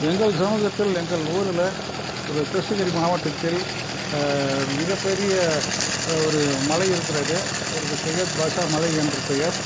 எங்கள் சமூகத்தில் எங்கள் ஊரிலே ஒரு கிருஷ்ணகிரி மாவட்டத்தில் மிகப்பெரிய ஒரு மலை இருக்கிறது அதற்கு சையத்பாஷா மலை என்று பெயர்